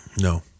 No